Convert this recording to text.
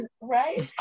right